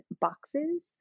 boxes